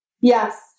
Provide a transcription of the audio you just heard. Yes